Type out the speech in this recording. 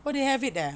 oh do have it there ah